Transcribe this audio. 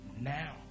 now